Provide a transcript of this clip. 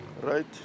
right